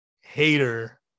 hater